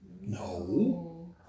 No